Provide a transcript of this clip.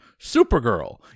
Supergirl